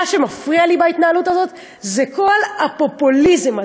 מה שמפריע לי בהתנהלות הזאת, כל הפופוליזם הזה.